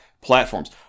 platforms